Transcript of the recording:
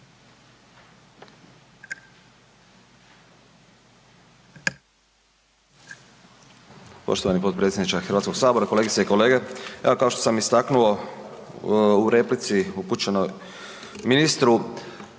Poštovani potpredsjedniče Hrvatskog sabora, kolegice i kolege. Evo kao što sam istaknuo u replici upućenoj ministru,